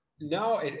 No